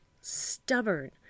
stubborn